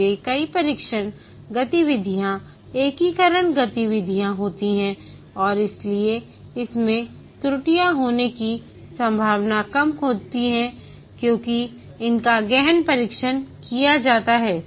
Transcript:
इसलिए कई परीक्षण गतिविधियाँ एकीकरण गतिविधियाँ होती हैं और इसलिए इसमें त्रुटियां होने की संभावना कम होती है क्योंकि इनका गहन परीक्षण किया जाता है